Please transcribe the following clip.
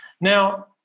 Now